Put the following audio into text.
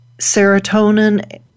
serotonin